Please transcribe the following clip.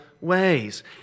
ways